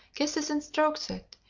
kisses and strokes it,